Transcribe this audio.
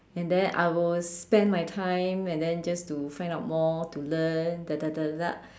and then I will spend my time and then just to find out more to learn